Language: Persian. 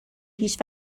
هیچ